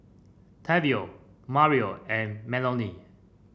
Tavion Mario and Melony